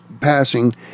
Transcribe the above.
passing